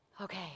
Okay